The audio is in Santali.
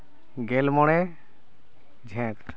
ᱜᱮᱞ ᱢᱚᱬᱮ ᱡᱷᱮᱸᱴ